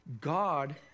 God